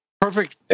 Perfect